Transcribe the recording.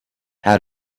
how